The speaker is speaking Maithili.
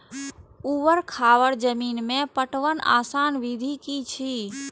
ऊवर खावर जमीन में पटवनक आसान विधि की अछि?